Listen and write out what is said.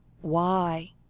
Why